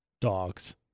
dogs